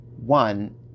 one